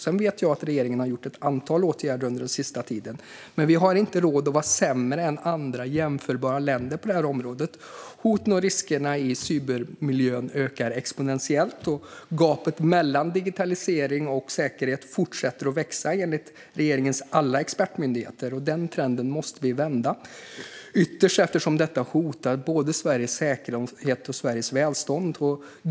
Jag vet att regeringen har vidtagit ett antal åtgärder den senaste tiden, men vi har inte råd att vara sämre än andra jämförbara länder på detta område. Hoten och riskerna i cybermiljön ökar exponentiellt, och gapet mellan digitalisering och säkerhet fortsätter växa. Detta enligt regeringens alla expertmyndigheter. Den trenden måste vi vända, ytterst eftersom detta hotar både Sveriges säkerhet och Sveriges välstånd.